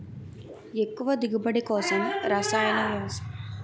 ఎక్కువ దిగుబడి కోసం రసాయన వ్యవసాయం చేయచ్చ?